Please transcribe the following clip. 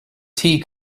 tea